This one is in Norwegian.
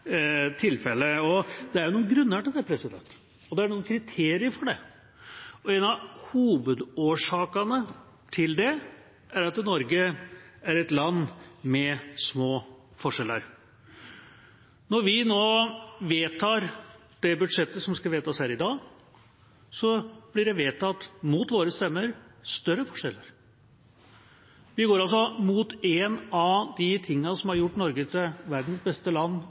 tilfellet. Det er noen grunner til det, og det er noen kriterier for det. Én av hovedårsakene til det er at Norge er et land med små forskjeller. Når vi nå vedtar det budsjettet som skal vedtas her i dag, blir det – mot våre stemmer – vedtatt større forskjeller. Vi går altså imot én av de tingene som har gjort Norge til verdens beste land